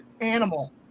animal